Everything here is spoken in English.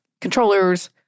controllers